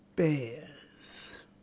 Bears